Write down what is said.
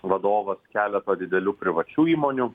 vadovas keleto didelių privačių įmonių